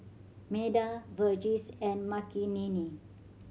Medha Verghese and Makineni